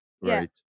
right